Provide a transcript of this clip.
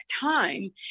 time